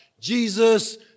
Jesus